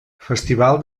festival